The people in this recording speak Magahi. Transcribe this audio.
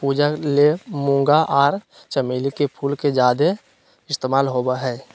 पूजा ले मूंगा आर चमेली के फूल के ज्यादे इस्तमाल होबय हय